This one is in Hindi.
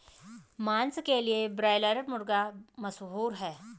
मांस के लिए ब्रायलर मुर्गा मशहूर है